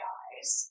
eyes